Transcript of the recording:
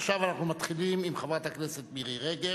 עכשיו אנחנו מתחילים עם חברת הכנסת מירי רגב,